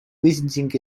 visiting